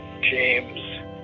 James